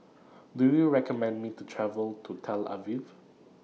Do YOU recommend Me to travel to Tel Aviv